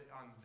on